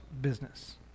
business